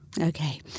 Okay